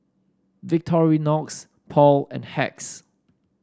Victorinox Paul and Hacks